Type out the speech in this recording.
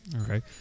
Okay